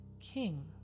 King